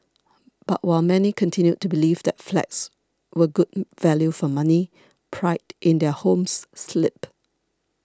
but while many continued to believe that flats were good value for money pride in their homes slipped